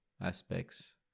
aspects